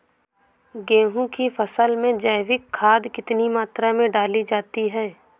गेहूँ की फसल में जैविक खाद कितनी मात्रा में डाली जाती है?